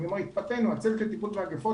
הצוות לטיפול במגיפות,